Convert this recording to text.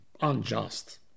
unjust